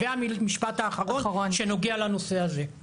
והמשפט האחרון שנוגע לנושא הזה,